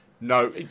no